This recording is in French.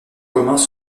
communs